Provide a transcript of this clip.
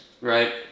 right